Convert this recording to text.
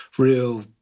real